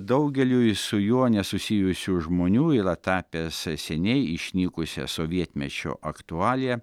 daugeliui su juo nesusijusių žmonių yra tapęs seniai išnykusia sovietmečio aktualija